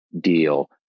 deal